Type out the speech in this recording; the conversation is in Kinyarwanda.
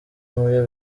muyo